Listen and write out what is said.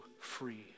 free